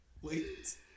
wait